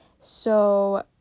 So-